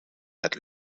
had